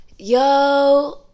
Yo